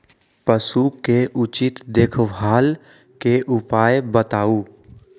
पशु के उचित देखभाल के उपाय बताऊ?